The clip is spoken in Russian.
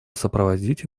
сопроводить